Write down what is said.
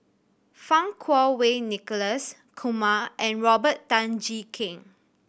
Fang Kuo Wei Nicholas Kumar and Robert Tan Jee Keng